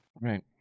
Right